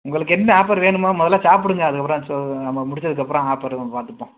உங்களுக்கு என்ன ஆஃபர் வேணுமோ முதல்ல சாப்புடுங்க அதுக்கப்புறம் சொ நம்ம முடிச்சதுக்கப்புறம் ஆஃபரு நம்ம பார்த்துப்போம்